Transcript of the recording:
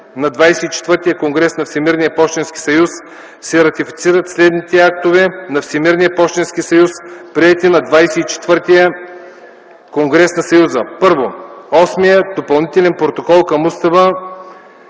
на XXIV конгрес на Всемирния пощенски съюз се ратифицират следните актове на Всемирния пощенски съюз, приети от XXIV конгрес на съюза: 1. Осмият допълнителен протокол към Устава